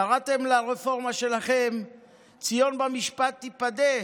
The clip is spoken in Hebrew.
קראתם לרפורמה שלכם "ציון במשפט תיפדה",